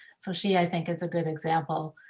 so she, i think is a good example.